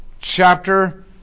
chapter